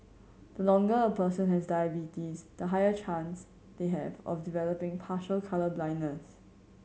the longer a person has diabetes the higher chance they have of developing partial colour blindness